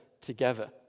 together